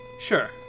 Sure